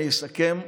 אני אסכם,